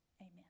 Amen